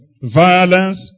Violence